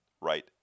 Right